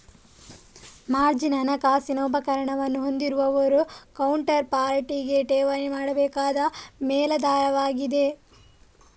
margin ಹಣಕಾಸಿನ ಉಪಕರಣವನ್ನು ಹೊಂದಿರುವವರು ಕೌಂಟರ್ ಪಾರ್ಟಿಗೆ ಠೇವಣಿ ಮಾಡಬೇಕಾದ ಮೇಲಾಧಾರವಾಗಿದೆ